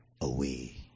away